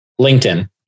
LinkedIn